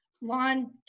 Lawn